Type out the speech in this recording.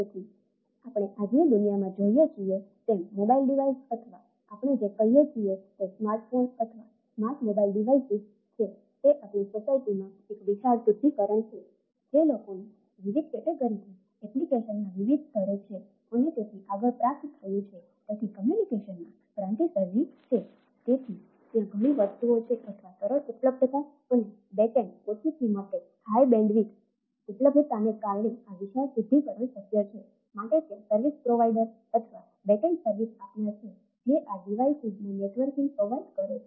તેથી આપણે આજની દુનિયામાં જોઈએ છીએ તેમ આ મોબાઇલ ડિવાઇસ અથવા આપણે જે કહીએ છીએ તે સ્માર્ટફોનને નેટવર્કિંગ પ્રોવાઇડ કરે છે